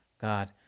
God